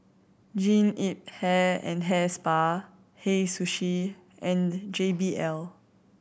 Jean Yip Hair and Hair Spa Hei Sushi and the J B L